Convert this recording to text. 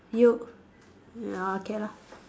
you ya okay lah